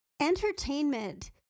entertainment